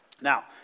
Now